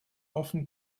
often